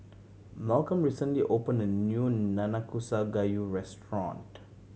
Malcom recently opened a new Nanakusa Gayu restaurant